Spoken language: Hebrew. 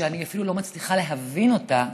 שאני אפילו לא מצליחה להבין אותה,